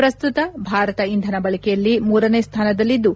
ಪ್ರಸ್ತುತ ಭಾರತ ಇಂಧನ ಬಳಕೆಯಲ್ಲಿ ಮೂರನೇ ಸ್ವಾನದಲ್ಲಿದ್ದು